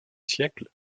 siècle